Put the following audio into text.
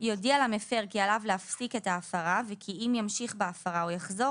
יודיע למפר כי עליו להפסיק את ההפרה וכי אם ימשיך בהפרה או יחזור